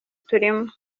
turimo